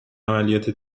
عملیات